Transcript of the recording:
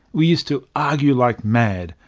we used to argue like mad,